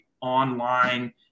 online